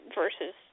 versus –